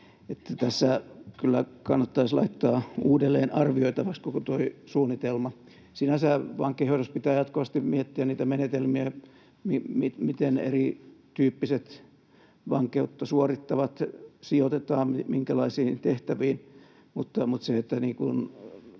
Tässä kyllä kannattaisi laittaa uudelleen arvioitavaksi koko tuo suunnitelma. Sinänsähän vankeinhoidossa pitää jatkuvasti miettiä niitä menetelmiä, miten erityyppiset vankeutta suorittavat sijoitetaan minkälaisiin tehtäviin,